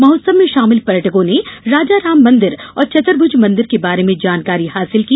महोत्सव में शामिल पर्यटकों ने राम राजा मंदिर और चतुर्भुज मंदिर के बारे में जानकारी हासिल की